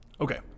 Okay